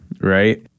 Right